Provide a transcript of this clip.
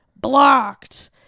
blocked